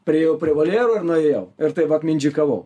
priėjau prie voljero ir nuėjau ir taip va mindžikavau